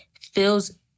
feels